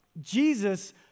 Jesus